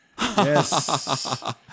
Yes